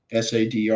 SADR